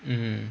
mm